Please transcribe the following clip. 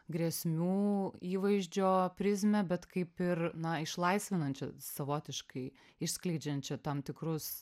grėsmių įvaizdžio prizmę bet kaip ir na išlaisvinančią savotiškai išskleidžiančią tam tikrus